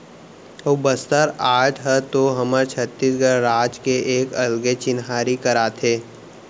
अऊ बस्तर आर्ट ह तो हमर छत्तीसगढ़ राज के एक अलगे चिन्हारी कराथे